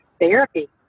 therapy